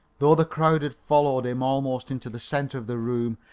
though the crowd had followed him almost into the centre of the room,